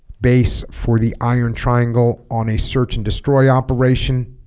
base for the iron triangle on a search and destroy operation